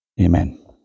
Amen